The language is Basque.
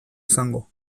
izango